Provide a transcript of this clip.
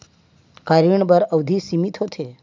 का ऋण बर अवधि सीमित होथे?